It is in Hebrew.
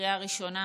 בקריאה ראשונה